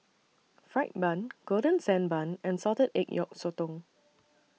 Fried Bun Golden Sand Bun and Salted Egg Yolk Sotong